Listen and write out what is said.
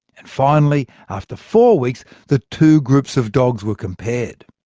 and finally, after four weeks, the two groups of dogs were compared.